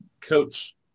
coach